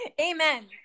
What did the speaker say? Amen